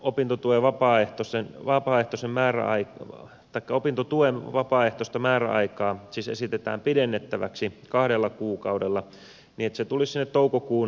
opintotuen vapaaehtoisen palautuksen määräaikaa siis esitetään pidennettäväksi kahdella kuukaudella niin että se tulisi sinne toukokuun loppuun asti